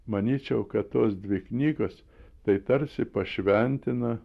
manyčiau kad tos dvi knygos tai tarsi pašventina